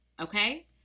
Okay